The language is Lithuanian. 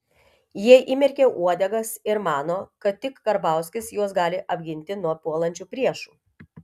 jie įmerkė uodegas ir mano kad tik karbauskis juos gali apginti nuo puolančių priešų